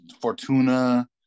Fortuna